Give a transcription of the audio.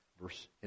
Verse